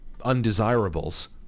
undesirables